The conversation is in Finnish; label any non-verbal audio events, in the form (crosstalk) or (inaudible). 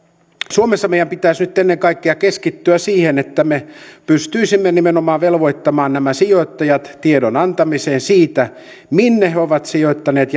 suomessa meidän pitäisi nyt ennen kaikkea keskittyä siihen että me pystyisimme velvoittamaan nimenomaan sijoittajat tiedon antamiseen siitä minne he ovat sijoittaneet (unintelligible)